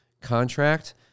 contract